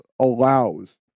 allows